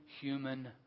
human